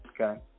Okay